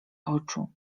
oczu